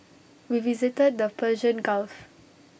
we visited the Persian gulf